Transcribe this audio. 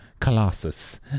Colossus